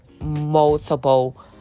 multiple